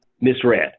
misread